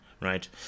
Right